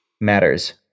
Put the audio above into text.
matters